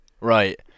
Right